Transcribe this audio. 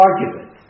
argument